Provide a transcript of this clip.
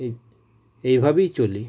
এই এইভাবেই চলি